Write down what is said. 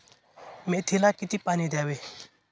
मेथीला किती पाणी द्यावे?